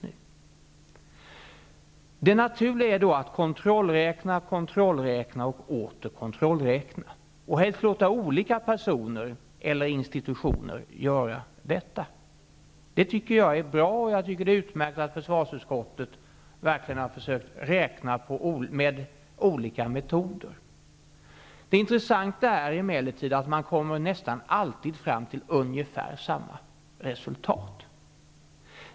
Det naturliga är då att kontrollräkna, kontrollräkna och åter kontrollräkna, och helst låta olika personer eller institutioner göra det. Det tycker jag är bra. Det är utmärkt att försvarsutskottet verkligen har försökt räkna med olika metoder. Det intressanta är emellertid att man nästan alltid kommer fram till ungefär samma resultat.